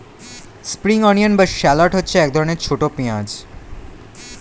spring onion বা shallot হচ্ছে এক ধরনের ছোট পেঁয়াজ